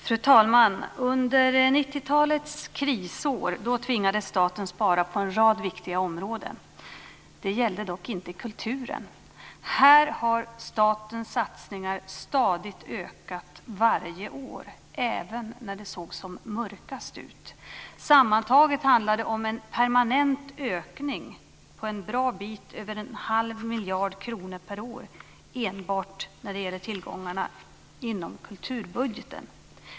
Fru talman! Under 90-talets krisår tvingades staten spara på en rad viktiga områden. Det gällde dock inte kulturen. Här har statens satsningar stadigt ökat varje år, även när det såg som mörkast ut. Sammantaget handlar det om en permanent ökning på en bra bit över en halv miljard kronor per år enbart när det gäller tillgångarna inom kulturbudgeten.